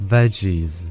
Veggies